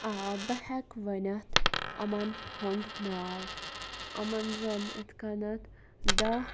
ٲں بہٕ ہیٚکہِ ؤنِتھ یِمن ہُنٛد ناو یِمن زن اِتھ کٔنیٚتھ دَہ